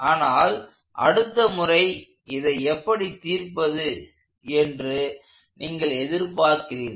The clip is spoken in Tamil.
ஆனால் அடுத்த முறை இதை எப்படி தீர்ப்பது என்று நீங்கள் எதிர்பார்க்கிறீர்கள்